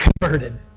converted